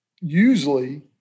usually –